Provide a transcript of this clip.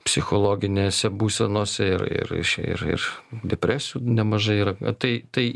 psichologinėse būsenose ir ir iš ir ir depresijų nemažai yra tai tai